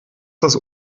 das